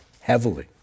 Heavily